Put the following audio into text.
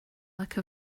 like